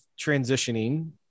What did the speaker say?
transitioning